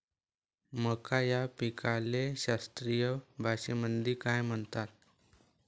मका या पिकाले शास्त्रीय भाषेमंदी काय म्हणतात?